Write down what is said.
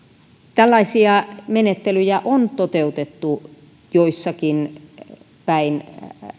tällaisia menettelyjä on toteutettu jossakin päin